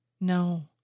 No